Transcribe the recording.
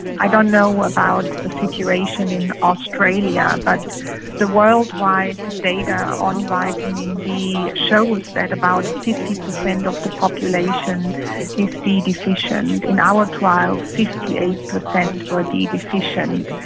i don't know about the situation in australia, but the worldwide data on vitamin d shows that about fifty percent of the population is d deficient. in our trials fifty eight percent and were d deficient.